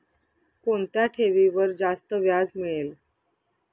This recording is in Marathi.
कोणत्या ठेवीवर जास्त व्याज मिळेल?